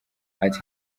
ati